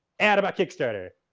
ad about kickstarter,